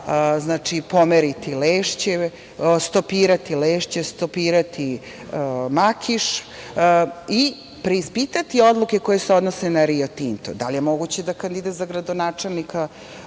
treba pomeriti Lešće, stopirati Lešće, stopirati Makiš i preispitati odluke koje se odnose na „Rio Tinto“. Da li je moguće da kandidat za gradonačelnika